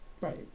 right